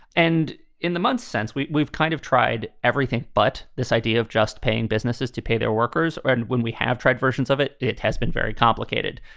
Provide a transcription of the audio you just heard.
and in the months since, we've we've kind of tried everything but this idea of just paying businesses to pay their workers or and when we have tried versions of it, it has been very complicated.